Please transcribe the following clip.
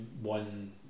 one